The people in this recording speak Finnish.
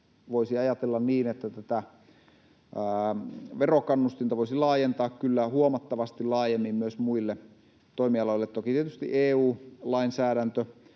voisi ajatella niin, että tätä verokannustinta voisi laajentaa kyllä huomattavasti laajemmin myös muille toimialoille. Toki tietysti EU-lainsäädäntö